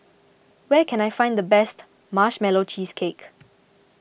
where can I find the best Marshmallow Cheesecake